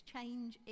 Change